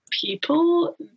people